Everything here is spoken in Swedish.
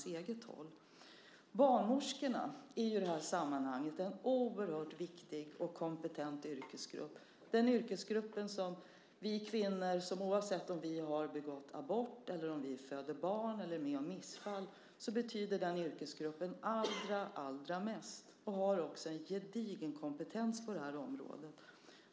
I det här sammanhanget är barnmorskorna en oerhört viktig och kompetent yrkesgrupp. Det är den yrkesgrupp som, oavsett om vi gör abort, föder barn eller får missfall, betyder allra mest för oss kvinnor. De har också en gedigen kompetens på det här området.